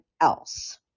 else